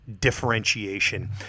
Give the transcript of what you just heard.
differentiation